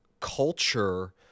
culture